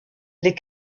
les